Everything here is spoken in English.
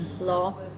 law